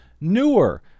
newer